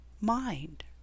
Mind